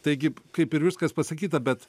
taigi kaip ir viskas pasakyta bet